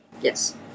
Yes